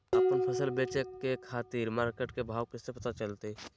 आपन फसल बेचे के खातिर मार्केट के भाव कैसे पता चलतय?